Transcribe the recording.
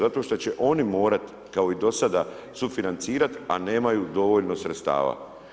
Zato što će oni morat, kao i do sada, sufinancirat, a nemaju dovoljno sredstava.